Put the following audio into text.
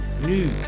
new